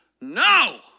No